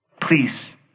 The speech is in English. Please